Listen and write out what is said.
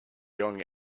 young